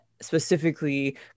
specifically